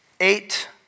Eight